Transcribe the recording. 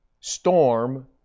storm